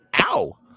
Ow